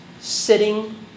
sitting